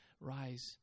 Rise